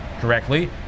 correctly